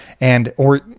and—or—